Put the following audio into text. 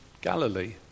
Galilee